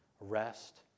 rest